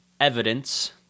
evidence